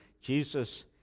Jesus